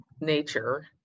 nature